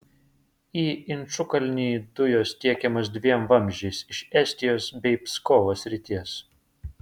į inčukalnį dujos tiekiamos dviem vamzdžiais iš estijos bei pskovo srities